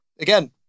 Again